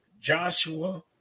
Joshua